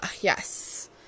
Yes